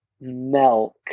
Milk